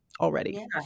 already